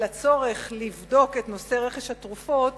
על הצורך לבדוק את נושא רכש התרופות